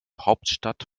hauptstadt